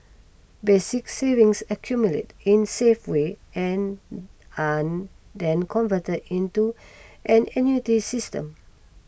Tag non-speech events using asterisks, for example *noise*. basic savings accumulate in safe way and *unintelligible* then converted into an annuity system